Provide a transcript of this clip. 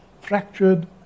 Fractured